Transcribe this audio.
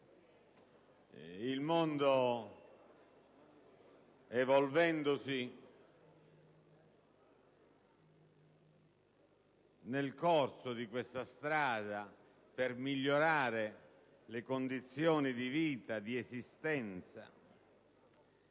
Il mondo, evolvendosi nel corso di questa strada per migliorare le condizioni di vita, di esistenza,